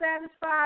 satisfied